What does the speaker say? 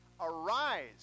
Arise